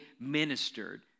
ministered